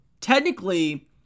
technically